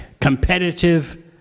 competitive